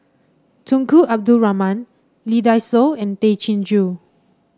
Tunku Abdul Rahman Lee Dai Soh and Tay Chin Joo